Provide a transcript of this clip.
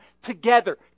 together